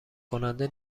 کننده